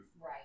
Right